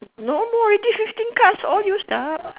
no more already fifteen cards all used up